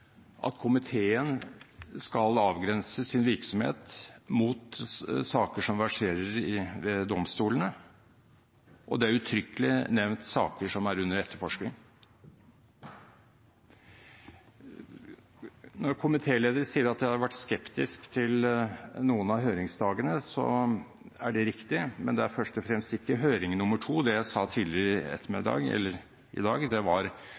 at komiteen skal avgrense sin virksomhet mot saker som verserer i domstolene, og det er uttrykkelig nevnt saker som er under etterforskning. Når komitélederen sier jeg har vært skeptisk til noen av høringsdagene, er det riktig, men det gjelder først og fremst ikke høring nr. 2. Det jeg sa tidligere i dag, var at vi fikk lite ut av høring nr. 2. Substansen lå i